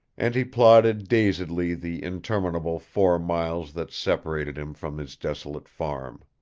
and he plodded dazedly the interminable four miles that separated him from his desolate farm.